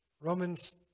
Romans